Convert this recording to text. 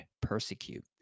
persecute